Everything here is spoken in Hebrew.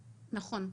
נכון.